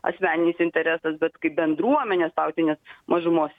asmeninis interesas bet kaip bendruomenės tautinės mažumos